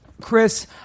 Chris